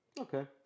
Okay